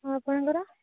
ଆଉ ଆପଣଙ୍କର